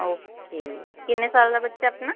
okay ਕਿੰਨੇ ਸਾਲ ਦਾ ਬੱਚਾ ਆਪਣਾ